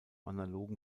analogen